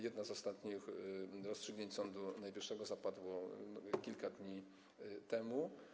Jedno z ostatnich rozstrzygnięć Sądu Najwyższego zapadło kilka dni temu.